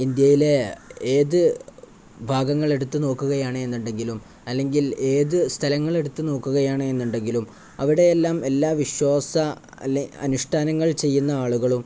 ഇന്ത്യയിലെ ഏതു ഭാഗങ്ങളെടുത്തു നോക്കുകയാണെന്നുണ്ടെങ്കിലും അല്ലെങ്കിൽ ഏതു സ്ഥലങ്ങളെടുത്തു നോക്കുകയാണെന്നുണ്ടെങ്കിലും അവിടെയെല്ലാം എല്ലാ അല്ലെങ്കില് അനുഷ്ഠാനങ്ങൾ ചെയ്യുന്ന ആളുകളും